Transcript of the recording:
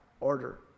order